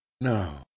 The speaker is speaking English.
No